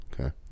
Okay